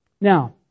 Now